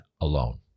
alone